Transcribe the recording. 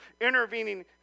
intervening